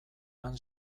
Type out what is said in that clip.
han